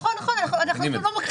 אתם מבינים את זה.